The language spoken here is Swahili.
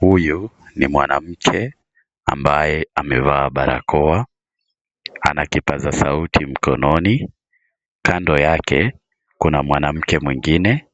Huyu ni mwanamke ambaye amevaa barakoa ana kipaza sauti mkononi kando yake kuna mwanamke mwengine